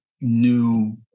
new